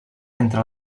entre